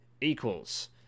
equals